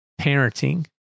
parenting